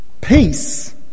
Peace